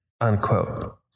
unquote